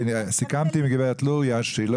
סיכמתי עם גברת לוריא שהיא תענה בכללי.